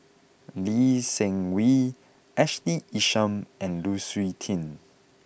Lee Seng Wee Ashley Isham and Lu Suitin